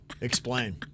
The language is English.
explain